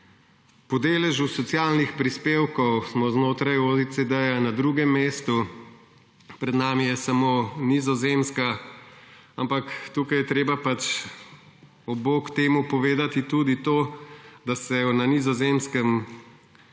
Po deležu socialnih prispevkov smo znotraj OECD-ja na drugem mestu, pred nami je samo Nizozemska, ampak tukaj je treba pač ob bok temu povedati tudi to, da se na Nizozemskem